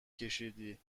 کشیدی